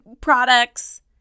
products